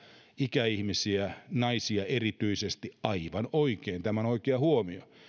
ikäihmisiä naisia erityisesti aivan oikein tämä on oikea huomio